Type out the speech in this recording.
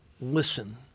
listen